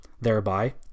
thereby